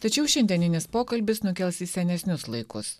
tačiau šiandieninis pokalbis nukels į senesnius laikus